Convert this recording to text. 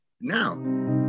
now